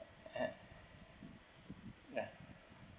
uh uh